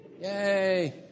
yay